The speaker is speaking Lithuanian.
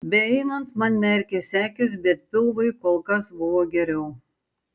beeinant man merkėsi akys bet pilvui kol kas buvo geriau